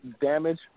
damage